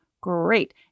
Great